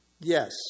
Yes